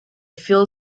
phil